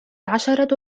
عشرة